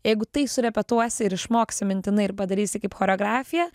jeigu tai su repetuosi ir išmoksi mintinai ir padarysi kaip choreografiją